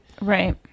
Right